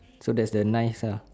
so there's the ninth uh